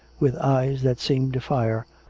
with eyes that seemed a-fire,